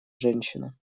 женщина